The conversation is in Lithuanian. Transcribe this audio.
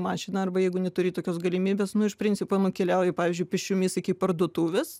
mašina arba jeigu neturi tokios galimybės nu iš principo nukeliauji pavyzdžiui pėsčiomis iki parduotuvės